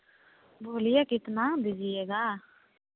बोलिए कितना दीजिएगा